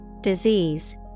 disease